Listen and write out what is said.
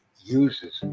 uses